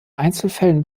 einzelfällen